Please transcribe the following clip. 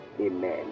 Amen